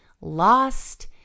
lost